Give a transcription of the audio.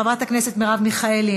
חברת הכנסת מרב מיכאלי,